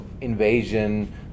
invasion